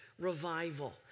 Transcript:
revival